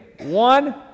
One